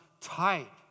tight